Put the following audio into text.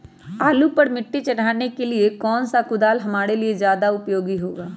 आलू पर मिट्टी चढ़ाने के लिए कौन सा कुदाल हमारे लिए ज्यादा उपयोगी होगा?